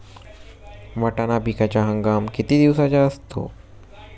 वाटाणा पिकाचा हंगाम किती दिवसांचा असतो?